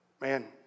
Man